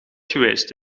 geweest